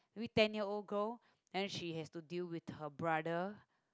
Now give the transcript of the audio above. maybe ten year old girl and then she has to deal with her brother